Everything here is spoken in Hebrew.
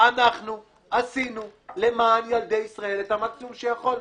אנחנו עשינו למען ילדי ישראל את המקסימום שיכולנו.